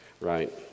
right